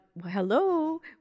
hello